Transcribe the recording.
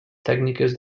tècniques